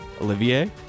Olivier